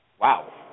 Wow